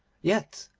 yet,